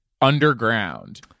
underground